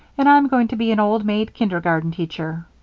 and i'm going to be an old-maid kindergarten teacher.